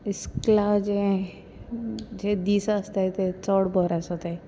इस्कोला जें जे दीस आसताय ते चोड बोरे आसोताय